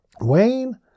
Wayne